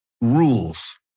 rules